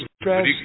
stress